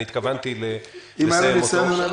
אני התכוונתי לסיים אותו.